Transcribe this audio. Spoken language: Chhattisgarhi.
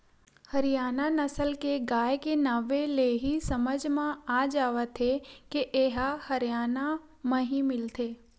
हरियाना नसल के गाय के नांवे ले ही समझ म आ जावत हे के ए ह हरयाना म ही मिलथे